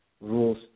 rules